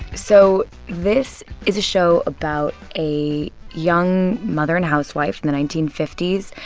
so this is a show about a young mother and housewife in the nineteen fifty s.